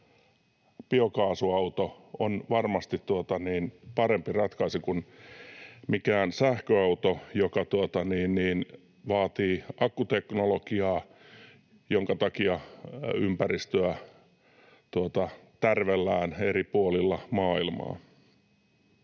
biokaasuauto on varmasti parempi ratkaisu kuin mikään sähköauto, joka vaatii akkuteknologiaa, jonka takia ympäristöä tärvellään eri puolilla maailmaa.